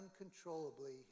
uncontrollably